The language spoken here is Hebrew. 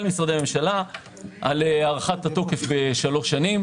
משרדי הממשלה על הארכת התוקף בשלוש שנים.